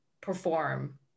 perform